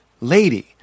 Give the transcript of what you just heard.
lady